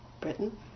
Britain